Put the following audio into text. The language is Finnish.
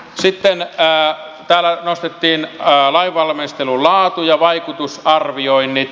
sitten täällä nostettiin lainvalmistelun laatu ja vaikutusarvioinnit